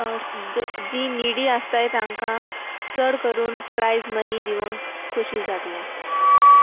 जी निडी आसताय तांकां चड करून प्रायज मनी दिवंक खोशी जातलें